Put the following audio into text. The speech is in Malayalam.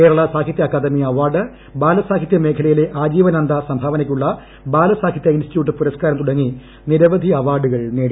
കേരള സാഹിത്യ അക്കാദമി അവാർഡ് ബാലസാഹിത്യ മേഖലയിലെ ആജീവനാന്ത സംഭാവനയ്ക്കുള്ള ബാലസാഹിത്യ ഇൻസ്റ്റിറ്റ്യൂട്ട് പുരസ്ക്കാരം തുടങ്ങി നിരവധി അവാർഡുകൾ നേടി